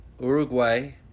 Uruguay